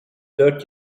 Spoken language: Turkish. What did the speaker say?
dört